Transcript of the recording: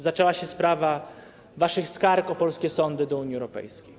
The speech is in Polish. Zaczęła się sprawa waszych skarg o polskie sądy do Unii Europejskiej.